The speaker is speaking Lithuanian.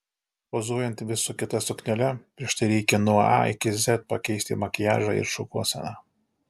pozuojant vis su kita suknele prieš tai reikia nuo a iki z pakeisti makiažą ir šukuoseną